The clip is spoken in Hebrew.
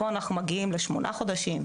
פה אנחנו מגיעים לשמונה חודשים,